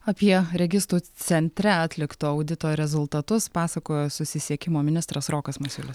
apie registrų centre atlikto audito rezultatus pasakojo susisiekimo ministras rokas masiulis